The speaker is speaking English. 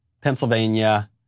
Pennsylvania